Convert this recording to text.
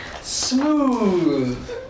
smooth